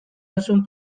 duzun